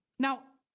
now.